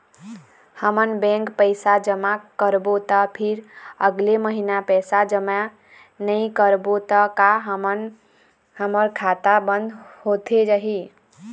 हमन बैंक पैसा जमा करबो ता फिर अगले महीना पैसा जमा नई करबो ता का हमर खाता बंद होथे जाही?